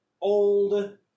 old